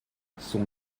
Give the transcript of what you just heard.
son